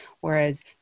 Whereas